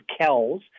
Kells